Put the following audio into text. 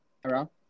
Hello